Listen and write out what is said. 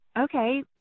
Okay